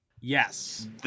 Yes